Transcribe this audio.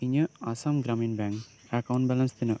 ᱤᱧᱟᱹᱜ Assam Gramin bank account balance ᱛᱤᱱᱟᱹᱜ